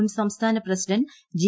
മുൻ സംസ്ഥാന president G